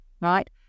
right